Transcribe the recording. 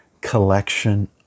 collection